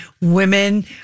Women